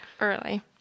early